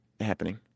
happening